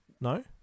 No